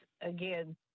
again